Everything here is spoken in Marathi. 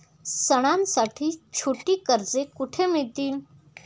सणांसाठी छोटी कर्जे कुठे मिळतील?